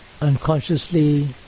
unconsciously